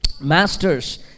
Masters